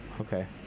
okay